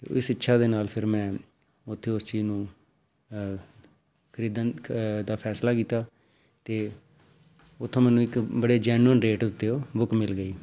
ਇਸ ਇੱਛਾ ਦੇ ਨਾਲ ਫਿਰ ਮੈਂ ਉੱਥੇ ਉਸ ਚੀਜ਼ ਨੂੰ ਖਰੀਦਣ ਦਾ ਫੈਸਲਾ ਕੀਤਾ ਅਤੇ ਉੱਥੋਂ ਮੈਨੂੰ ਇੱਕ ਬੜੇ ਜੈਨੂਅਨ ਰੇਟ ਉੱਤੇ ਉਹ ਬੁੱਕ ਮਿਲ ਗਈ